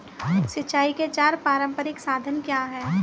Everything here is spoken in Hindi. सिंचाई के चार पारंपरिक साधन क्या हैं?